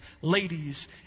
ladies